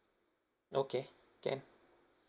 okay can